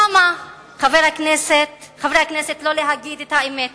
למה, חברי הכנסת, לא להגיד את האמת?